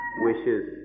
wishes